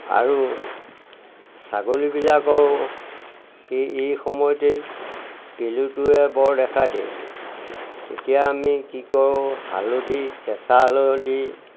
আৰু ছাগলীবিলাকৰ সেই এই সময়তেই পেলুটোৱে বৰ দেখা দিয়ে তেতিয়া আমি কি কৰোঁ হালধি কেঁচা হালধি